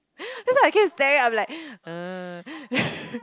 that's why I keep staring I'm like err